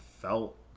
felt